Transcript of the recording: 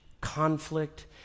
conflict